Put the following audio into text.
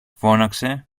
φώναξε